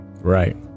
Right